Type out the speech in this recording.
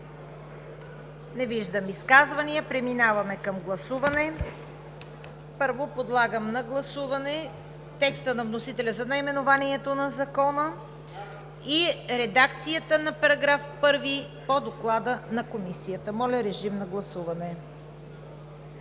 Не виждам изказвания. Преминаваме към гласуване. Първо подлагам на гласуване текста на вносителя за наименованието на Закона и редакцията на § 1 по Доклада на Комисията. Гласували